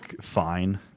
fine